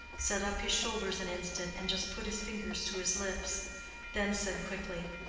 set up his shoulders an instant and just put his fingers to his lips then said quickly,